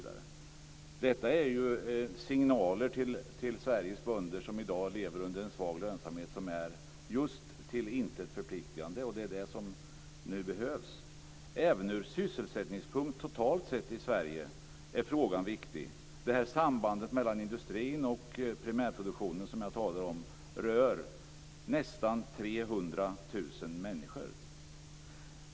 Det är signaler till Sveriges bönder, vilka i dag lever med en svag lönsamhet, som just är till intet förpliktande. Men det är ju där som det behövs åtgärder. Även från sysselsättningssynpunkt totalt sett i Sverige är frågan viktig. Det samband mellan industrin och primärproduktionen som jag talat om rör nästan 300 000 människor.